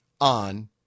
on